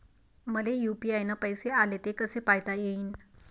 मले यू.पी.आय न पैसे आले, ते कसे पायता येईन?